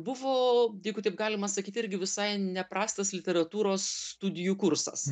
buvo jeigu taip galima sakyt irgi visai neprastas literatūros studijų kursas